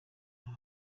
aha